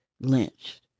lynched